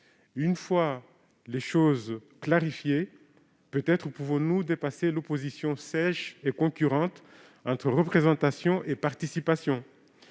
Une fois les choses clarifiées, il devrait être possible de dépasser l'opposition sèche et concurrente entre représentation et participation.